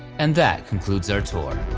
and that concludes our tour.